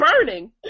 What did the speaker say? Burning